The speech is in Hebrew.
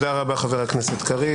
תודה רבה, חבר הכנסת קריב.